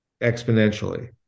exponentially